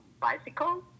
bicycle